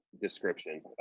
description